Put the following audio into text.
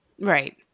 Right